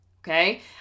Okay